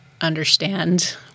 understand